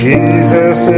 Jesus